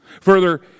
Further